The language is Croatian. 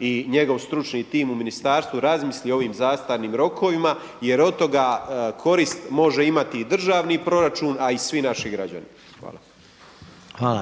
i njegov stručni tim u ministarstvu razmisli o ovim zastarnim rokovima jer od toga korist može imati i državni proračun a i svi naši građani. Hvala.